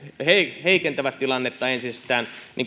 heikentävät tilannetta entisestään